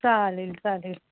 चालेल चालेल